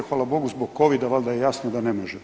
Hvala Bogu zbog Covida valjda je jasno da ne možemo.